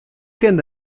kin